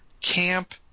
camp